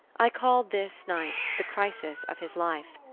i called this night the crisis of his life.